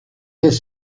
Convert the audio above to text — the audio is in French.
qu’est